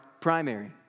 primary